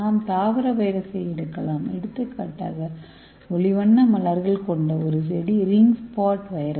நாம் தாவர வைரஸை எடுக்கலாம் எடுத்துக்காட்டாக ஒளி வண்ண மலர்கள் கொண்ட ஒரு செடி ரிங் ஸ்பாட் வைரஸ்